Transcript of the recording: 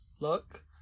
look